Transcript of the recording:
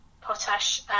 potash